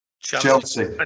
Chelsea